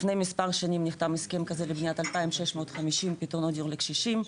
לפני מספר שנים נחתם הסכם כזה לבניית 2,650 פתרונות דיור לקשישים,